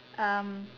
um